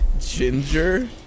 Ginger